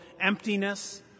emptiness